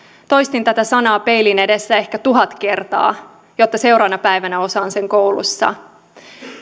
toistin tätä sanaa peilin edessä ehkä tuhat kertaa jotta seuraavana päivänä osaan sen koulussa